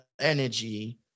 energy